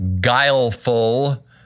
guileful